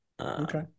Okay